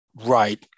right